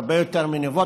הרבה יותר מניבות.